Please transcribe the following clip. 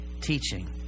Teaching